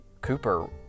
Cooper